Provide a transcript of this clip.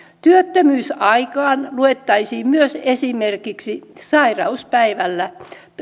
työttömyysaikaan luettaisiin myös esimerkiksi sairauspäivärahalla